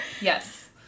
Yes